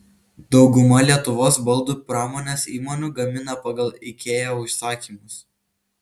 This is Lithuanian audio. dauguma lietuvos baldų pramonės įmonių gamina pagal ikea užsakymus